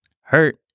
hurt